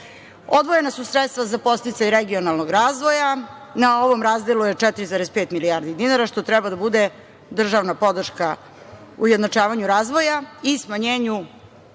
to. Odvojena su sredstva za podsticaj regionalnog razvoja. Na ovom razdelu je 4,5 milijardi dinara, što treba da bude državna podrška ujednačavanju razvoja i smanjenju